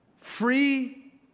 free